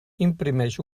imprimeix